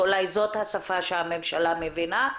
ואולי זאת השפה שהממשלה מבינה,